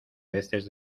veces